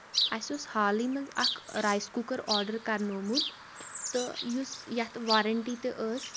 اَسہِ اوس حالٕے منٛز اَکھ رایِس کُکَر آرڈَر کَرنومُت تہٕ یُس یَتھ وارَنٹی تہِ ٲس